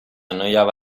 annoiava